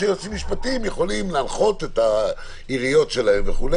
שיועצים משפטיים יכולים להנחות את העיריות שלהם וכו',